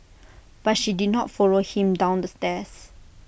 but she did not follow him down the stairs